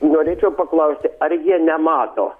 norėčiau paklausti ar jie nemato